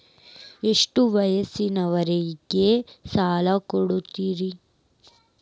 ಎಷ್ಟ ವಯಸ್ಸಿನವರಿಗೆ ಸಾಲ ಕೊಡ್ತಿರಿ?